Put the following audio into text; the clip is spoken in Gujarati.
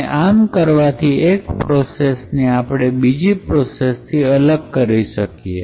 અને આમ કરવાથી એક પ્રોસેસની આપણે બીજી પ્રોસેસ થી અલગ કરી શકીએ